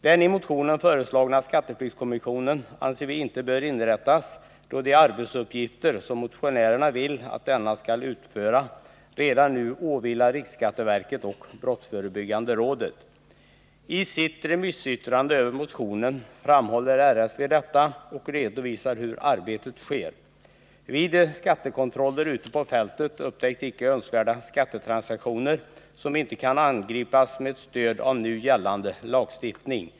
Den i motionen föreslagna skatteflyktskommissionen anser vi inte bör inrättas, då de arbetsuppgifter som motionärerna vill att denna skall utföra redan nu åvilar riksskatteverket och brottsförebyggande rådet. I sitt remissyttrande över motionen framhåller RSV detta och redovisar hur arbetet sker. Vid skattekontroller ute på fältet upptäcks icke önskvärda skattetransaktioner, som inte kan angripas med stöd av nu gällande lagstiftning.